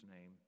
name